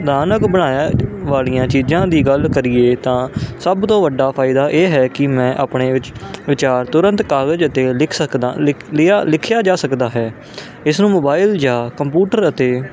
ਧਾਨਕ ਬਣਾਇਆ ਵਾਲੀਆਂ ਚੀਜ਼ਾਂ ਦੀ ਗੱਲ ਕਰੀਏ ਤਾਂ ਸਭ ਤੋਂ ਵੱਡਾ ਫਾਇਦਾ ਇਹ ਹੈ ਕਿ ਮੈਂ ਆਪਣੇ ਵਿੱਚ ਵਿਚਾਰ ਤੁਰੰਤ ਕਾਗਜ਼ 'ਤੇ ਲਿਖ ਸਕਦਾ ਲਿਖ ਲਿਆ ਲਿਖਿਆ ਜਾ ਸਕਦਾ ਹੈ ਇਸ ਨੂੰ ਮੋਬਾਈਲ ਜਾਂ ਕੰਪਿਊਟਰ ਅਤੇ